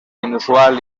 inusual